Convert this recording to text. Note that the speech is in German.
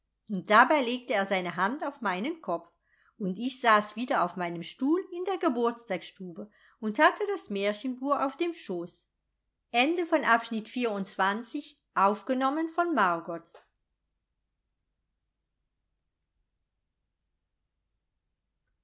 dabei legte er seine hand auf meinen kopf und ich saß wieder auf meinem stuhl in der geburtstagsstube und hatte das märchenbuch auf dem schoß